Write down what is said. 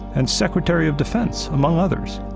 and secretary of defense, among others.